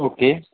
okay